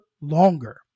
longer